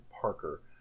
Parker